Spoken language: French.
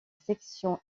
section